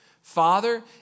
Father